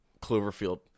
Cloverfield